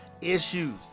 issues